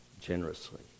generously